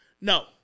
No